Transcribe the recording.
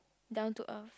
down to earth